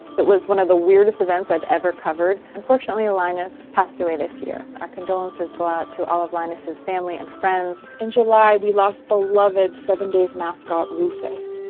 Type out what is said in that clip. it was one of the weirdest events i've ever covered. unfortunately linus passed away this year. our condolences go out to all of linus's family and friends. in july we lost beloved seven days' mascot rufus.